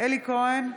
אלי כהן,